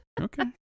Okay